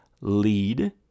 lead